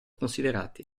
considerati